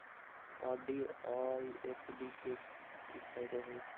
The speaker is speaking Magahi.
आर.डी आ एफ.डी के कि फायदा हई?